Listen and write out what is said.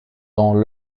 dans